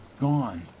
Gone